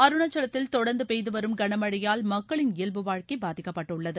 அருணாச்சலப் பிரதேசத்தில் தொடர்ந்து பெய்துவரும் கனமழையால் மக்களின் இயல்பு வாழ்க்கை பாதிக்கப்பட்டுள்ளது